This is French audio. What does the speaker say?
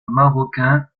marocain